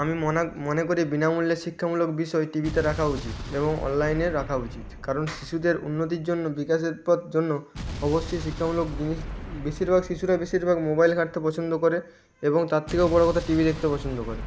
আমি মনে মনে করি বিনামূল্যে শিক্ষামূলক বিষয় টি ভিতে রাখা উচিত এবং অনলাইনে রাখা উচিত কারণ শিশুদের উন্নতির জন্য বিকাশের পত জন্য অবশ্যই শিক্ষামূলক জিনিস বেশিরভাগ শিশুরা বেশিরভাগ মোবাইল ঘাঁটতে পছন্দ করে এবং তার থেকেও বড়ো কথা টিভি দেখতে পছন্দ করে